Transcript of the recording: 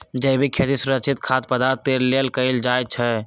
जैविक खेती सुरक्षित खाद्य पदार्थ के लेल कएल जाई छई